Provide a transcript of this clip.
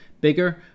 Bigger